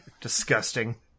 Disgusting